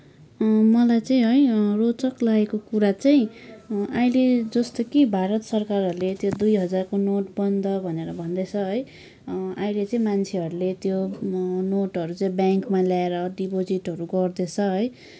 मलाई चाहिँ है रोचक लागेको कुरा चाहिँ अहिले जस्तो कि भारत सरकारहरूले त्यो दुई हजारको नोट बन्द भनेर भन्दैछ है अहिले चाहिँ मान्छेहरूले त्यो नोटहरू ब्याङ्कमा ल्याएर डिपोजिटहरू गर्दैछ है